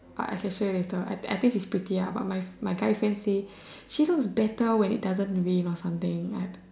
I I can show you later I think she's pretty uh but my my guy friend says she looks better than when it doesn't rain or something